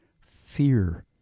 fear